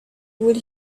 would